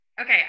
Okay